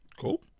Cool